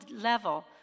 level